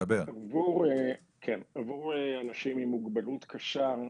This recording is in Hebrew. עבור אנשים עם מוגבלות קשה,